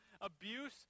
abuse